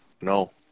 No